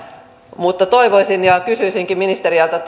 mutta kysyisinkin ministeriltä